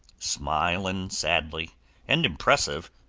smilin' sadly and impressive,